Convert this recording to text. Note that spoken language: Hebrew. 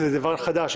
כי זה דבר חדש,